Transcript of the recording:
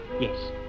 Yes